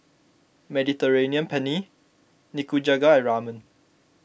Mediterranean Penne Nikujaga and Ramen